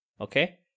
okay